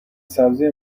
سبزی